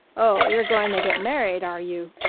oh, you're going to get married, are you?